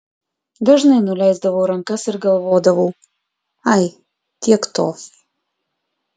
dažnai nuleisdavau rankas ir galvodavau ai tiek to